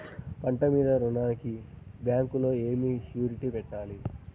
పంట మీద రుణానికి బ్యాంకులో ఏమి షూరిటీ పెట్టాలి?